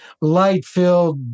light-filled